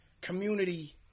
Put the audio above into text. community